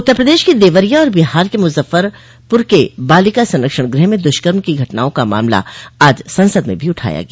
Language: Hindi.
उत्तर प्रदेश के देवरिया और बिहार के मुजफ्फरपुर के बालिका संरक्षण गृह में दुष्कर्म की घटनाओं का मामला आज संसद में भी उठाया गया